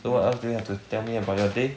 so what else do you have to tell me about your day